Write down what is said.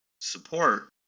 support